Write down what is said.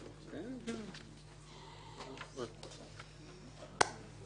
אנחנו יודעים שבעתיד נצטרך לחזור ולתקן את זה.